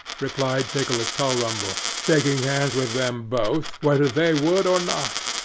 replied nicholas tulrumble, shaking hands with them both, whether they would or not.